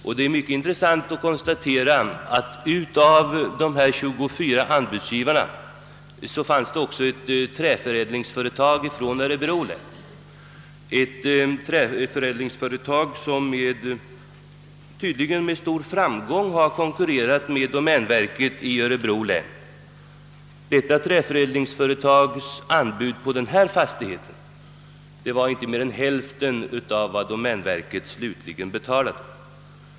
Det är också mycket intressant att konstatera att bland de 24 anbudsgivarna fanns också ett träförädlingsföretag från Örebro län, vilket tydligen med stor framgång har kon kurrerat med domänverket i örebro län. Detta företags anbud på denna fastighet löd inte på mer än hälften av vad domänverket slutligen betalade.